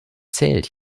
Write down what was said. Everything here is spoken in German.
zählt